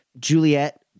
Juliet